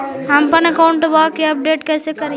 हमपन अकाउंट वा के अपडेट कैसै करिअई?